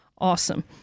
Awesome